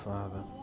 Father